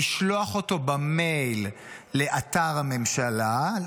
לשלוח אותו במייל לאתר הממשלה,